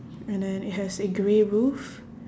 and then it has a grey roof